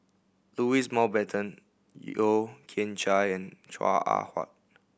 Louis Mountbatten Yeo Kian Chye and Chua Ah Huwa